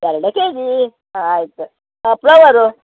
ಎರಡೇ ಕೆಜಿ ಹಾಂ ಆಯಿತು ಪ್ಲವರು